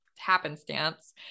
happenstance